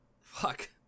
Fuck